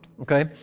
Okay